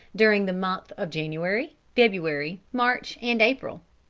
during the months of january, february, march and april.